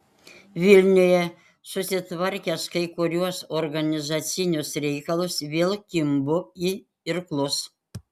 vilniuje susitvarkęs kai kuriuos organizacinius reikalus vėl kimbu į irklus